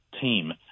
team